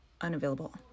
unavailable